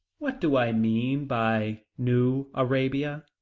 what do i mean by new arabia?